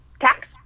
tax